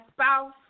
spouse